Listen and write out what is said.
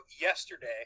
yesterday